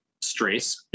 stress